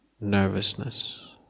nervousness